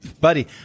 buddy